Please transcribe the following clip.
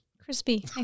Crispy